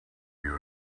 you